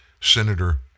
Senator